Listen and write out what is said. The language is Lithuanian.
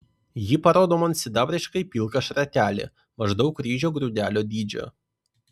ji parodo man sidabriškai pilką šratelį maždaug ryžio grūdelio dydžio